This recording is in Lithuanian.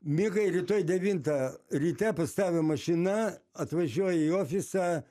mikai rytoj devintą ryte pas tave mašina atvažiuoja į ofisą